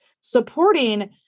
supporting